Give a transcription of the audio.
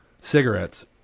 cigarettes